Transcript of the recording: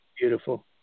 beautiful